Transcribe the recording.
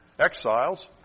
exiles